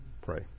pray